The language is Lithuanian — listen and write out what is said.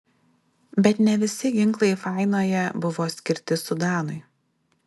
bet ne visi ginklai fainoje buvo skirti sudanui